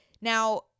Now